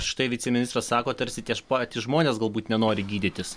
štai viceministras sako tarsi tie patys žmonės galbūt nenori gydytis